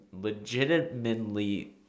legitimately